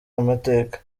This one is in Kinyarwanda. amateka